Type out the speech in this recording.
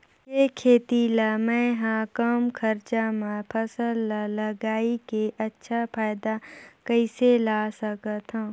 के खेती ला मै ह कम खरचा मा फसल ला लगई के अच्छा फायदा कइसे ला सकथव?